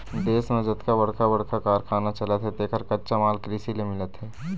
देश म जतका बड़का बड़का कारखाना चलत हे तेखर कच्चा माल कृषि ले मिलत हे